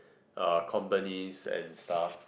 uh companies and stuff